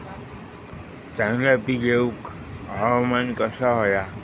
चांगला पीक येऊक हवामान कसा होया?